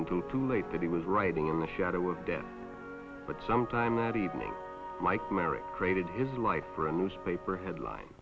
until too late that he was writing in the shadow of death but sometime that evening mike merrick traded his life for a newspaper headline